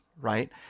right